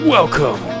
Welcome